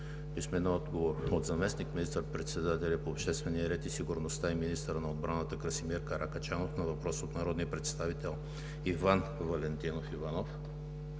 Иванов; - заместник министър-председателя по обществения ред и сигурността и министър на отбраната Красимир Каракачанов на въпрос от народния представител Иван Валентинов Иванов;